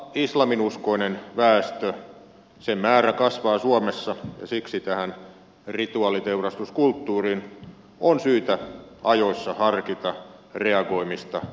mutta islaminuskoisen väestön määrä kasvaa suomessa ja siksi tähän rituaaliteurastuskulttuuriin on syytä ajoissa harkita reagoimista lainsäädännöllisesti